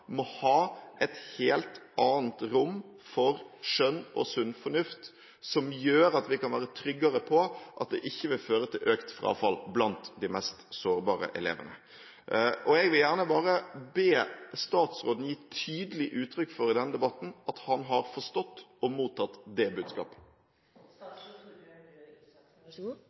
må ha et helt annet rom for skjønn og sunn fornuft som gjør at vi kan være tryggere på at det ikke vil føre til økt frafall blant de mest sårbare elevene. Jeg vil gjerne bare be statsråden gi tydelig uttrykk for i denne debatten at han har forstått og mottatt det